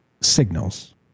signals